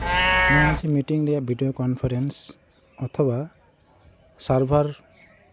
ᱱᱚᱣᱟ ᱡᱮ ᱢᱤᱴᱤᱝ ᱨᱮᱭᱟᱜ ᱵᱷᱤᱰᱭᱳ ᱠᱚᱱᱯᱷᱟᱨᱮᱱᱥ ᱚᱛᱷᱚᱵᱟ ᱥᱟᱨᱵᱷᱟᱨ